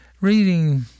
Reading